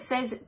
says